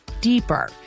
deeper